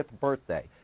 birthday